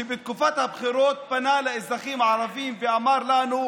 שבתקופת הבחירות פנה לאזרחים הערבים ואמר לנו